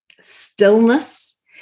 stillness